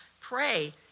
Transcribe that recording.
Pray